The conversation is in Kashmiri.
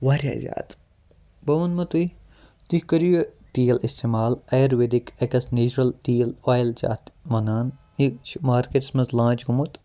واریاہ زیادٕ بہٕ وَنمو تُہۍ تُہۍ کٔرِو یہِ تیٖل اِستعمال اَیُرویدِک ایٚکس نیچرَل تیٖل اۄیِل چھِ اتھ وَنان یہِ چھُ مارکٹَس مَنٛز لانٛچ گوٚمُت